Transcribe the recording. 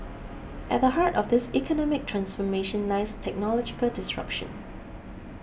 at the heart of this economic transformation lies technological disruption